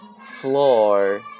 floor